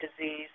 disease